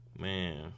Man